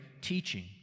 teaching